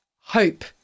hope